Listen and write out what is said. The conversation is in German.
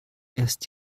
erst